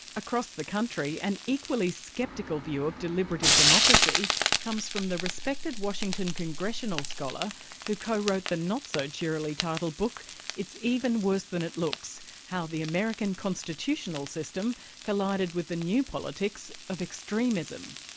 across the country, an equally sceptical view of deliberative democracy comes from the respected washington congressional scholar who co-wrote the not so cheerily titled book it's even worse than it looks how the american constitutional system collided with the new politics of extremism.